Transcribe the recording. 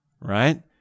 right